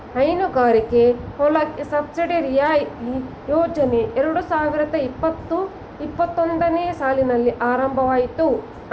ಹೈನುಗಾರಿಕೆ ಹೊಲಕ್ಕೆ ಸಬ್ಸಿಡಿ ರಿಯಾಯಿತಿ ಯೋಜನೆ ಎರಡು ಸಾವಿರದ ಇಪ್ಪತು ಇಪ್ಪತ್ತೊಂದನೇ ಸಾಲಿನಲ್ಲಿ ಆರಂಭ ಅಯ್ತು